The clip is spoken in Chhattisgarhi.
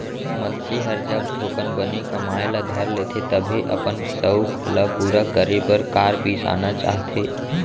मनसे हर जब थोकन बने कमाए ल धर लेथे तभे अपन सउख ल पूरा करे बर कार बिसाना चाहथे